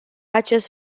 acest